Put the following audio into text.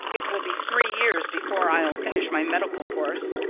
it will be three years before i'll finish my medical course.